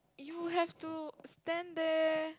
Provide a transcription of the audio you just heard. you have to stand there